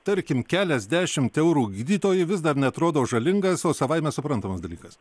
tarkim keliasdešimt eurų gydytojui vis dar neatrodo žalingas o savaime suprantamas dalykas